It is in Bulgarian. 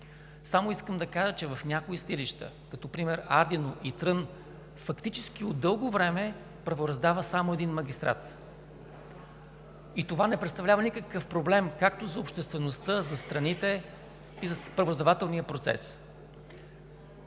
Само искам да кажа, че в някои съдилища например в Ардино и Трън, от дълго време фактически правораздава само един магистрат и това не представлява никакъв проблем както за обществеността, така и за страните, и за правораздавателния процес.